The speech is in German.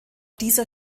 dieser